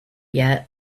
yet